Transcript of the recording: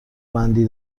بندی